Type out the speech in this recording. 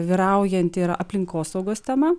vyraujanti yra aplinkosaugos tema